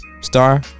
Star